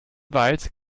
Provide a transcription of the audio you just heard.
weit